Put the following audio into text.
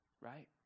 right